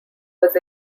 was